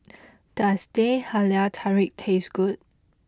does Teh Halia Tarik taste good